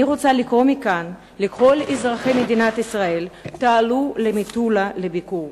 אני רוצה לקרוא מכאן לכל אזרחי מדינת ישראל: תעלו למטולה לביקור.